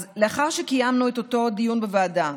אז לאחר שקיימנו את אותו דיון בוועדה,